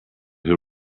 that